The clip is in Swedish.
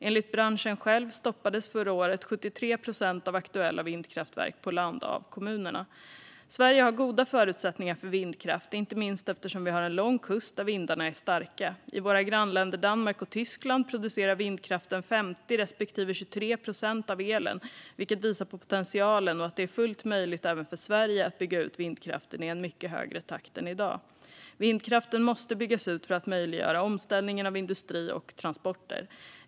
Enligt branschen själv stoppades förra året 73 procent av de aktuella vindkraftverken på land av kommunerna. Sverige har goda förutsättningar för vindkraft, inte minst eftersom vi har en lång kust där vindarna är starka. I våra grannländer Danmark och Tyskland producerar vindkraften 50 respektive 23 procent av elen, vilket visar på potentialen och på att det är fullt möjligt även för Sverige att bygga ut vindkraften i en mycket högre takt än i dag. Vindkraften måste byggas ut för att möjliggöra omställningen av industri och transporter.